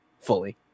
fully